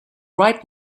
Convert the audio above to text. right